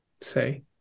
say